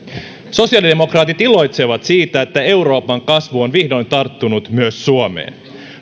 sosiaalidemokraatit iloitsevat siitä että euroopan kasvu on vihdoin tarttunut myös suomeen